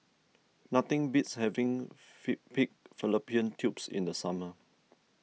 nothing beats having Pig Fallopian Tubes in the summer